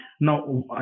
Now